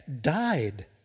died